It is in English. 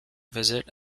visit